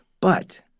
But-